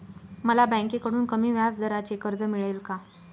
मला बँकेकडून कमी व्याजदराचे कर्ज मिळेल का?